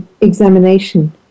examination